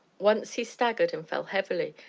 once he staggered and fell heavily,